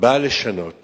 באה לשנות